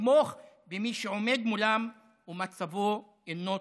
לתמוך במי שעומד מולם ומצבו אינו טוב.